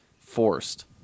forced